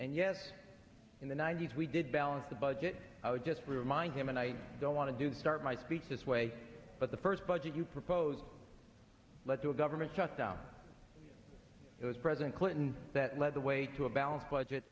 and yes in the ninety's we did balance the budget i would just remind him and i don't want to do start my speech this way but the first budget you proposed led to a government shutdown it was president clinton that led the way to a balanced budget